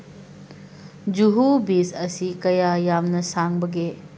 Juhu beach ꯑꯁꯤ ꯀꯌꯥ ꯌꯥꯝꯅ ꯁꯥꯡꯕꯒꯦ